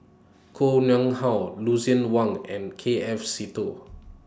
Koh Nguang How Lucien Wang and K F Seetoh